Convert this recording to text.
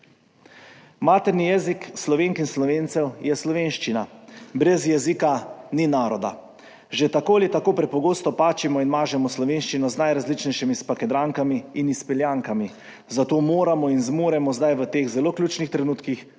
Materni jezik Slovenk in Slovencev je slovenščina, brez jezika ni naroda. Že tako ali tako prepogosto pačimo in mažemo slovenščino z najrazličnejšimi spakedrankami in izpeljankami, zato moramo in zmoremo zdaj v teh zelo ključnih trenutkih